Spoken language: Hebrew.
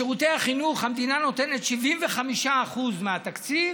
בשירותי החינוך המדינה נותנת 75% מהתקציב